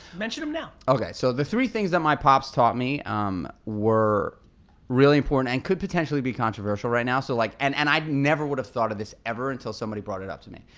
mention them now. okay so the three things that my pops taught me um were really important and could potentially be controversial right now, so like, and and i never would have thought of this ever until somebody brought it up to me.